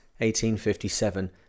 1857